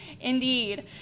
indeed